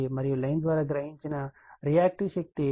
మరియు లైన్ ద్వారా గ్రహించిన రియాక్టివ్ శక్తి 278